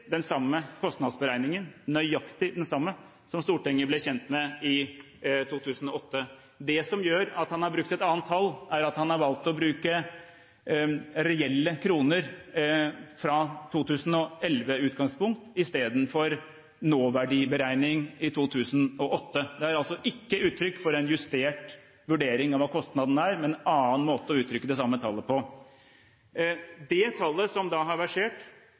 den samme kostnadsberegningen – nøyaktig den samme – som Stortinget ble kjent med i 2008. Det som gjør at han har brukt et annet tall, er at han har valgt å bruke reelle kroner fra 2011-utgangspunkt, i stedet for nåverdiberegning i 2008. Det er altså ikke uttrykk for en justert vurdering av hva kostnaden er, men en annen måte å uttrykke det samme tallet på. Det tallet som har versert,